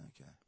Okay